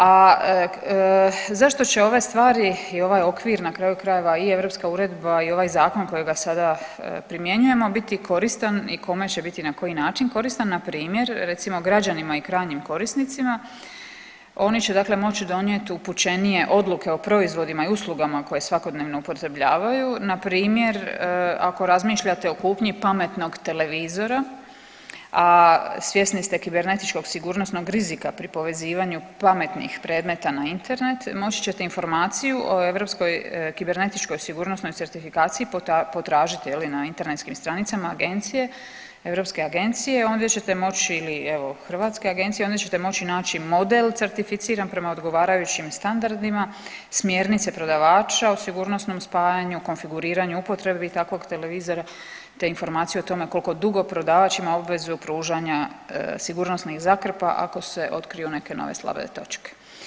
A zašto će ove stvari i ovaj okvir na kraju krajeva i europska uredba i ovaj zakon kojega sada primjenjujemo biti koristan i kome će biti i na koji način koristan npr. recimo građanima i krajnjim korisnicima, oni će moći donijeti upućenije odluke o proizvodima i uslugama koje svakodnevno upotrebljavaju, npr. ako razmišljate o kupnji pametnog televizora, a svjesni ste kibernetičkog sigurnosnog rizika pri povezivanju pametnih predmeta na Internet moći ćete informaciju o Europskoj kibernetičkoj sigurnosnoj certifikaciji potražiti na internetskim stranicama europske agencije i ondje ćete moći ili evo hrvatske agencije ondje ćete moći naći model certificiran prema odgovarajućim standardima, smjernice prodavača o sigurnosnom spajanju, konfiguriranju upotrebe takvog televizora te informaciju o tome koliko dugo prodavač ima obvezu pružanja sigurnosnih zakrpa ako se otkriju neke nove slabe točke.